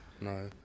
No